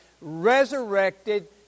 resurrected